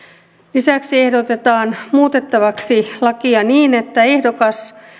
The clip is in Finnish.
lisäksi ehdotetaan muutettavaksi lakia niin että ehdokas